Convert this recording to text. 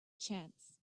chance